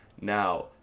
Now